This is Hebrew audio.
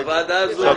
היא לא